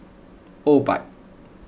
Obike